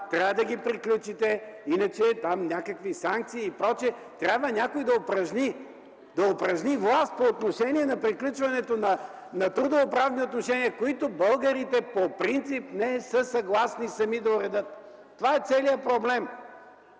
трябва да ги приключите. Иначе ще има някакви санкции и пр. Трябва някой да упражни власт по отношение на приключването на трудовоправни отношения, които българите по принцип не са съгласни сами да уредят. Това е целият проблем.